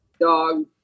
dog